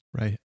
Right